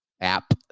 app